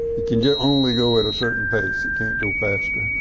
you can yeah only go at a certain pace. you can't go faster.